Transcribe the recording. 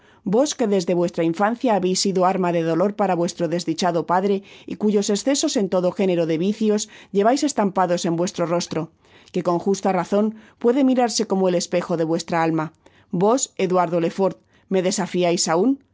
vos que desde vuestra infancia habeis sido arma tle dolor para vuestro desdichado padre y cuyos escesos en todo género de vicios llevais estampados en vuestro rostro que con ju ta razon puede mirarse como el espejo de vuestra alma vos lüluardo leeford me desafiais aun